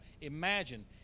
Imagine